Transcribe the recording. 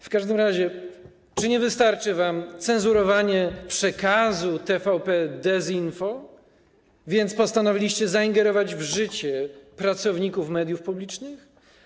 W każdym razie chyba nie wystarczy wam cenzurowanie przekazu TVP dezinfo, więc postanowiliście zaingerować w życie pracowników mediów publicznych.